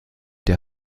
der